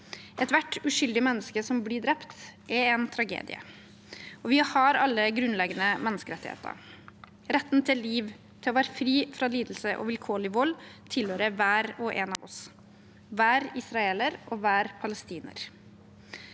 Ethvert uskyldig menneske som blir drept, er en tragedie. Vi har alle grunnleggende menneskerettigheter. Retten til liv og til å være fri fra lidelse og vilkårlig vold tilhører hver og en av oss, hver israeler og hver palestiner.